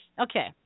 okay